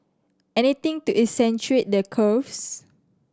anything to accentuate the curves